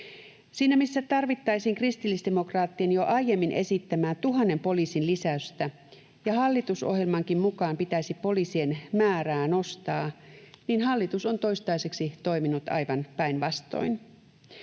Siinä missä tarvittaisiin kristillisdemokraattien jo aiemmin esittämää tuhannen poliisin lisäystä ja hallitusohjelmankin mukaan pitäisi poliisien määrää nostaa, hallitus on toistaiseksi toiminut aivan päinvastoin.